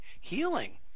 healing